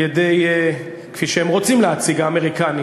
כפי שהאמריקנים